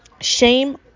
Shame